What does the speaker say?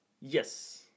Yes